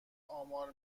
آمار